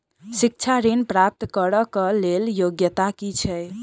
शिक्षा ऋण प्राप्त करऽ कऽ लेल योग्यता की छई?